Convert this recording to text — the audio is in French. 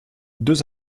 deux